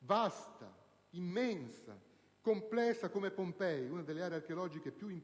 vasta, immensa, complessa come Pompei, una delle aree archeologiche più importanti